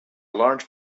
large